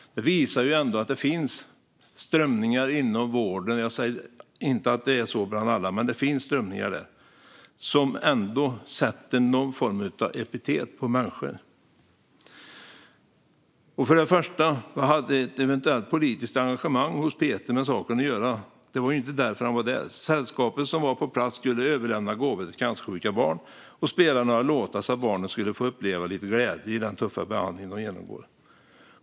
Det visar ändå att det finns strömningar inom vården - jag säger inte att det är så överallt - som sätter någon form av epitet på människor. Först och främst: Vad hade ett eventuellt politiskt engagemang hos Peter med saken att göra? Det var ju inte därför han var där. Sällskapet som var på plats skulle överlämna gåvor till cancersjuka barn och spela några låtar så att barnen skulle få uppleva lite glädje i den tuffa behandling som de genomgår.